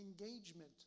engagement